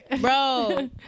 bro